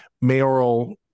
mayoral